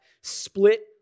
split